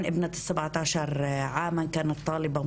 היום בבוקר כאשר שמעתי את החדשות,